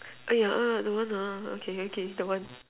!aiya! don't want lah okay okay don't want